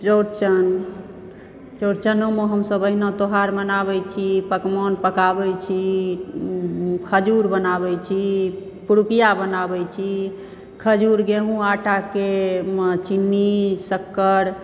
चोड़चन चोड़चनोमे हमसभ एहिना त्योहार मनाबै छी पकवान पकाबै छी खजूर बनाबै छी पुरुकिया बनाबै छी खजूर गेहूॅं आँटा के चिन्नी शक्कर